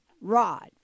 rod